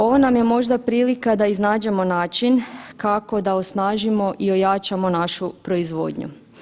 Ovo nam je možda prilika da iznađemo način kako da osnažimo i ojačamo našu proizvodnju.